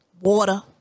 water